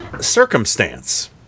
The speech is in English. circumstance